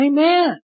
Amen